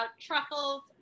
truffles